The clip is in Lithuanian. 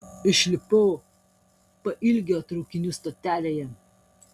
išlipau pailgio traukinių stotelėje